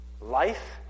Life